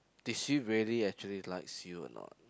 did she really actually likes you or not